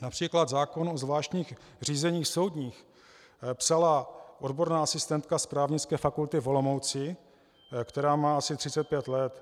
Například zákon o zvláštních řízeních soudních psala odborná asistentka z Právnické fakulty v Olomouci, která má asi 35 let.